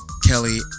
Kelly